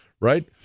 right